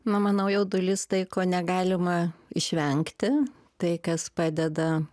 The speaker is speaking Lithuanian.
nu manau jaudulys tai ko negalima išvengti tai kas padeda